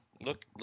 Look